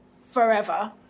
forever